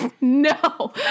no